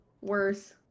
worse